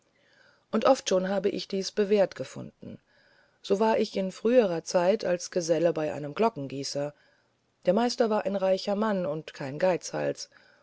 und oft schon habe ich dies bewährt befunden so war ich in früherer zeit als geselle bei einem glockengießer der meister war ein reicher mann und kein geizhals